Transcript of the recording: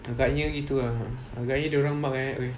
agaknya gitu ah agaknya dorang mark eh !oi!